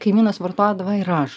kaimynas vartodavo ir aš